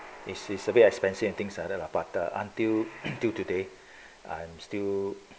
this is a bit expensive and things like that lah but the until until today I'm still